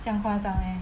不要夸张 leh